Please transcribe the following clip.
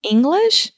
English